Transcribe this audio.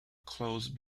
close